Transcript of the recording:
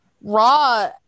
Raw